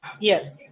Yes